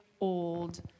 old